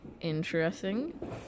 interesting